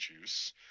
Juice